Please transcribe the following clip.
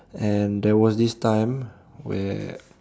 and there was this time where